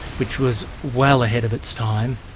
which was well ahead of its time,